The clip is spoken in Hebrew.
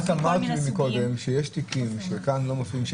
אמרת קודם שיש תיקים שכאן לא מופיעים,